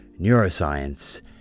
neuroscience